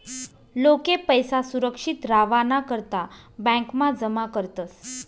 लोके पैसा सुरक्षित रावाना करता ब्यांकमा जमा करतस